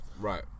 Right